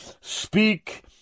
speak